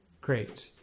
Great